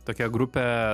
tokia grupė